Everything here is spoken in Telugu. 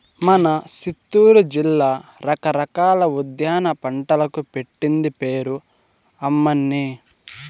మన సిత్తూరు జిల్లా రకరకాల ఉద్యాన పంటలకు పెట్టింది పేరు అమ్మన్నీ